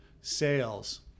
sales